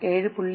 7